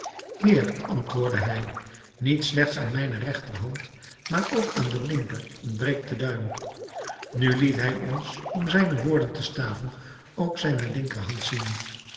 heer antwoordde hij niet slechts aan mijne regterhand maar ook aan de linker ontbreekt de duim nu liet hij ons om zijne woorden te staven ook zijne linkerhand zien